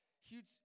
Huge